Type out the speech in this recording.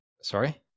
Sorry